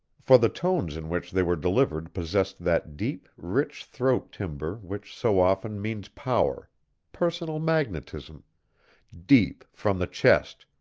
for the tones in which they were delivered possessed that deep, rich throat timbre which so often means power personal magnetism deep, from the chest,